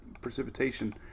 precipitation